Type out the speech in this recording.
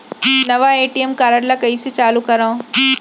नवा ATM card ल कइसे चालू करव?